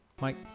Mike